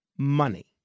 Money